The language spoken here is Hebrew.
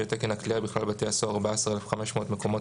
יהיה תקן הכליאה בכלל בתי הסוהר 14,500 מקומות